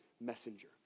messenger